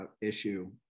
issue